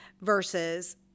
versus